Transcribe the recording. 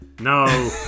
No